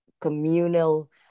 communal